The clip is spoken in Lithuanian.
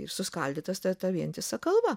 ir suskaldytas ta vientisa kalva